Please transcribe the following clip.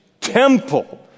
temple